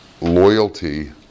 loyalty